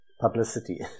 Publicity